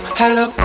hello